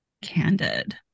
candid